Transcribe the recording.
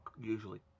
usually